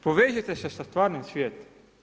Povežite se sa stvarnim svijetom.